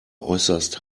äußerst